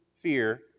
fear